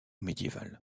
médiéval